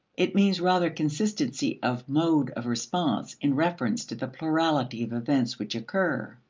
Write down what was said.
it means rather consistency of mode of response in reference to the plurality of events which occur.